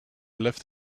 left